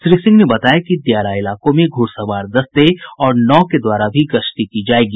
श्री सिंह ने बताया कि दियारा इलाकों में घुड़सवार दस्ते और नाव के द्वारा भी गश्ती की जायेगी